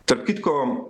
tarp kitko